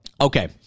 okay